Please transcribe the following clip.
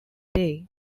day